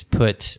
put